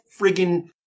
friggin